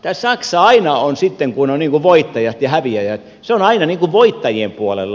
tämä saksa aina kun on voittajat ja häviäjät on voittajien puolella